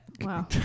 Wow